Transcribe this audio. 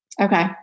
Okay